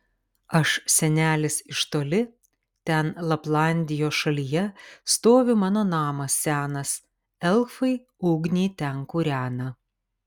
aš senelis iš toli ten laplandijos šalyje stovi mano namas senas elfai ugnį ten kūrena